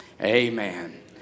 Amen